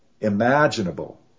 imaginable